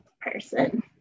person